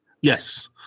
Yes